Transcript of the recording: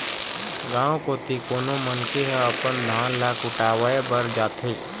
गाँव कोती कोनो मनखे ह अपन धान ल कुटावय बर जाथे